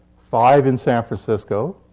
five in san francisco.